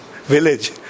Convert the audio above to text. village